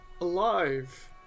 alive